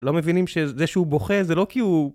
לא מבינים שזה שהוא בוכה זה לא כי הוא...